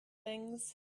things